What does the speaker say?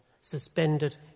suspended